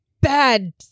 Bad